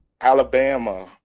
Alabama